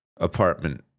apartment